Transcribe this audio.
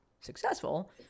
successful